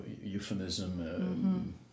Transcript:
euphemism